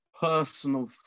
personal